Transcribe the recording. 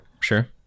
sure